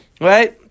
right